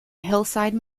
hillside